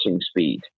speed